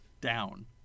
Down